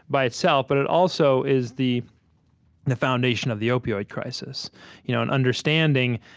by itself, but it also is the the foundation of the opioid crisis you know and understanding